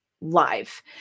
Live